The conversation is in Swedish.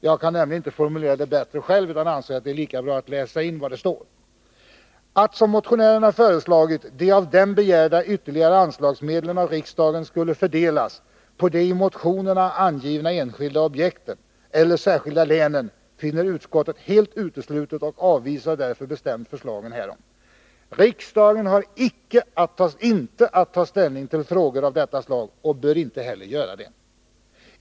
Jag kan nämligen inte formulera det bättre själv, utan anser att det är lika bra att läsa in vad där står: ”Att som motionärerna föreslagit de av dem begärda ytterligare anslagsmedlen av riksdagen skulle fördelas på de i motionerna angivna enskilda objekten eller särskilda länen finner utskottet helt uteslutet och avvisar därför bestämt förslagen härom. Riksdagen har inte att ta ställning till frågor av detta slag och bör inte heller göra det.